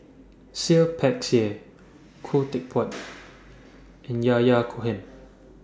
Seah Peck Seah Khoo Teck Puat and Yahya Cohen